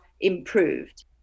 improved